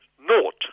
naught